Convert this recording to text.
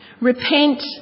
Repent